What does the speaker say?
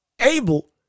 able